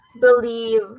believe